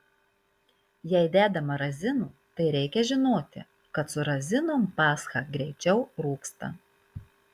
jei dedama razinų tai reikia žinoti kad su razinom pascha greičiau rūgsta